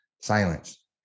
silence